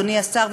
אדוני השר,